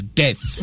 death